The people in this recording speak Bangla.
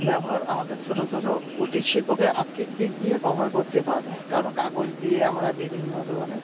ব্যবহার আমাদের ছোটো ছোটো কুটির শিল্পকে আর্থিক দিক দিয়ে কভার করতে পারবে কারণ কাগজ দিয়ে আমরা বিভিন্ন ধরনের